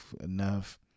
enough